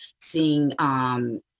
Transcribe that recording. seeing